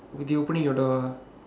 would you opening your door ah